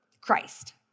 Christ